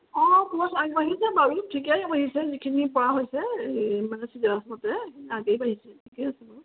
অঁ কোৰ্ছ আগবাঢ়িছে বাৰু ঠিকেই আগবাঢ়িছে যিখিনি পৰা হৈছে মানে ছিলেবাছ মতে আগেই বাঢ়িছে ঠিকে আছে বাৰু